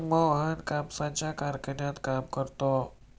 मोहन कापसाच्या कारखान्यात काम करतो